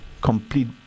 complete